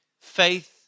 faith